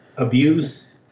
Abuse